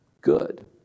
good